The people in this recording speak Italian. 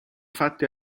fatti